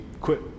quit